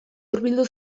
hurbildu